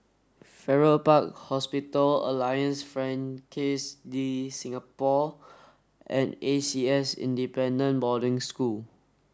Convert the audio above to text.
Farrer Park Hospital Alliance Francaise de Singapour and A C S Independent Boarding School